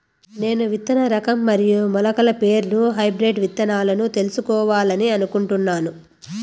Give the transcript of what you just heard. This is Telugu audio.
నేను విత్తన రకం మరియు మొలకల పేర్లు హైబ్రిడ్ విత్తనాలను తెలుసుకోవాలని అనుకుంటున్నాను?